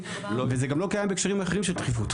וזה גם לא קיים בהקשרים אחרים של דחיפות.